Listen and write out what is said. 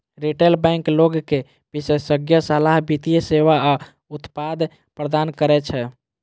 retail bank लोग कें विशेषज्ञ सलाह, वित्तीय सेवा आ उत्पाद प्रदान करै छै